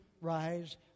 rise